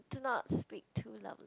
do not speak too loud